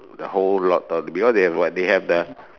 the whole lord of because they have the they have the